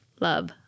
love